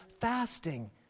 fasting